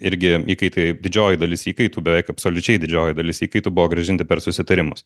irgi įkaitai didžioji dalis įkaitų beveik absoliučiai didžioji dalis įkaitų buvo grąžinti per susitarimus